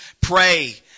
pray